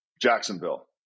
Jacksonville